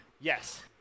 Yes